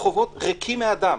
הרחובות ריקים מאדם.